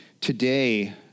today